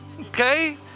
Okay